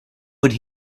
would